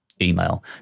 email